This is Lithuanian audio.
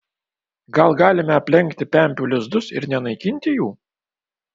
gal galime aplenkti pempių lizdus ir nenaikinti jų